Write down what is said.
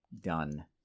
done